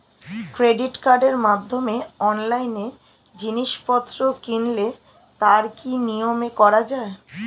Credit কার্ডের মাধ্যমে অনলাইনে জিনিসপত্র কিনলে তার কি নিয়মে করা যায়?